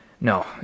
No